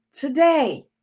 today